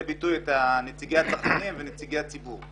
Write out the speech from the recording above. ביטוי את נציגי הצרכנים ונציגי הציבור.